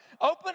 Open